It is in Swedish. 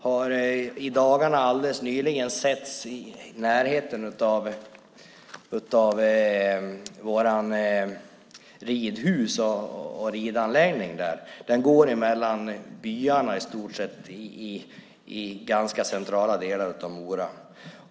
Den har alldeles nyligen setts i närheten av vår ridanläggning där. Den går i stort sett mellan byarna i ganska centrala delar av Mora.